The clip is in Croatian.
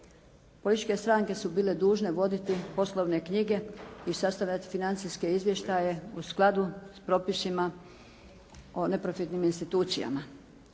političke stranke su bile dužne voditi poslovne knjige i sastavljati financijske izvještaje u skladu s propisima o neprofitnim institucijama.